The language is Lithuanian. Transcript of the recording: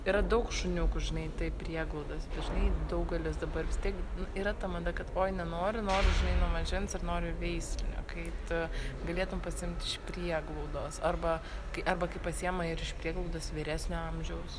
yra daug šuniukių žinai tai prieglaudos dažnai daugelis dabar vis tiek nu yra ta mada kad oi nenoriu noriu žinai nuo mažens ir noriu veislinio kai tu galėtum pasiimt iš prieglaudos arba kai arba kai pasiema ir iš prieglaudos vyresnio amžiaus